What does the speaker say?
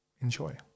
enjoy